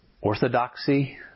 orthodoxy